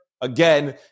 Again